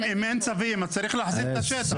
אם אין צווים, אז צריך להחזיר את השטח.